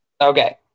Okay